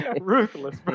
Ruthless